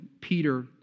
Peter